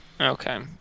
Okay